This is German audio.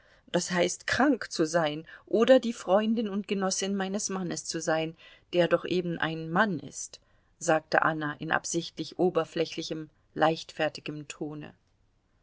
das heißt krank zu sein oder die freundin und genossin meines mannes zu sein der doch eben ein mann ist sagte anna in absichtlich oberflächlichem leichtfertigem tone